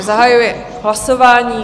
Zahajuji hlasování.